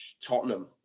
Tottenham